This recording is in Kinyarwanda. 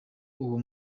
uwo